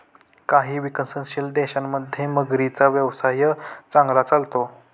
काही विकसनशील देशांमध्ये मगरींचा व्यवसाय चांगला चालतो